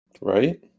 Right